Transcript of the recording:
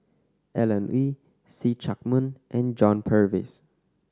Alan Oei See Chak Mun and John Purvis